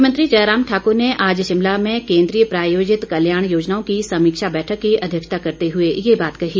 मुख्यमंत्री जयराम ठाकर ने आज शिमला में केंद्रीय प्रायोजित कल्याण योजनाओं की समीक्षा बैठक की अध्यक्षता करते हुए ये बात कही